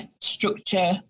structure